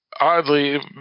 oddly